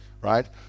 right